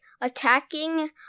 attacking